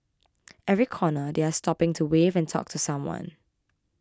every corner they are stopping to wave and talk to someone